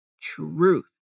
truth